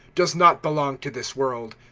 does not belong to this world.